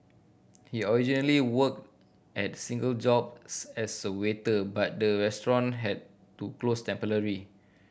he originally worked at single jobs as a waiter but the restaurant had to close temporarily